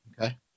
Okay